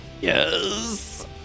Yes